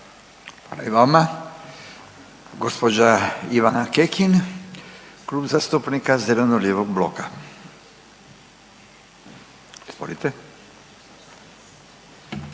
I vama. Gđa. Ivana Kekin, Klub zastupnika zeleno-lijevog bloka, izvolite.